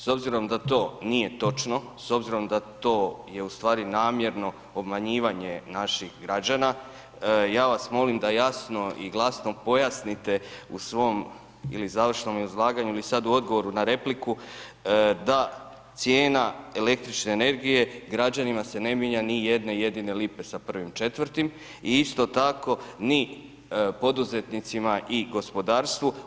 S obzirom da to nije točno, s obzirom da to je ustvari namjerno obmanjivanje naših građana, ja vas molim, da jasno i glasno pojasnite u svom ili završnom izlaganju ili sada u odgovoru na repliku, da cijena električne energije, građanima se ne mijenja ni jedne jedine lipe sa 1.4. i isto tako ni poduzetnicima ni gospodarstvu.